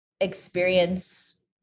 experience